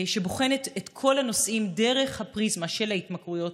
שבוחנת את כל הנושאים דרך הפריזמה של ההתמכרויות,